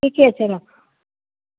ठीके छै रखू